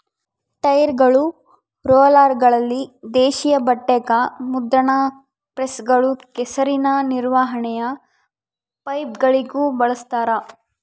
ಟೈರ್ಗಳು ರೋಲರ್ಗಳಲ್ಲಿ ದೇಶೀಯ ಬಟ್ಟೆಗ ಮುದ್ರಣ ಪ್ರೆಸ್ಗಳು ಕೆಸರಿನ ನಿರ್ವಹಣೆಯ ಪೈಪ್ಗಳಿಗೂ ಬಳಸ್ತಾರ